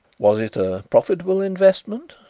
was it a profitable investment?